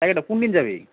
তাকেটো কোনদিন যাবি